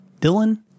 Dylan